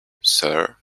sir